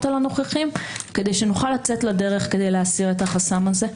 על הנוכחים כדי שנוכל לצאת לדרך להסיר את החסם הזה.